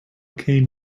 came